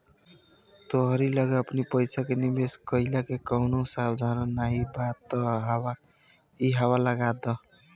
तोहरी लगे अपनी पईसा के निवेश कईला के कवनो साधन नाइ बा तअ इहवा लगा दअ